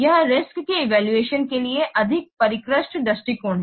यह रिस्क्स के इवैल्यूएशन के लिए अधिक परिष्कृत दृष्टिकोण है